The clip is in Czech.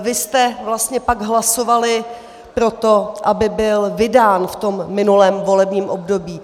Vy jste vlastně pak hlasovali pro to, aby byl vydán v minulém volebním období.